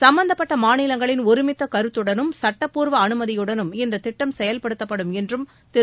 சம்பந்தப்பட்ட மாநிலங்களின் ஒருமித்த கருத்துடனும் சுட்டப்பூர்வ அனுமதியுடனும் இத்திட்டம் செயல்படுத்தப்படும் என்றும் திரு